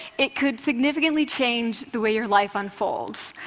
it could significantly change the way your life unfolds.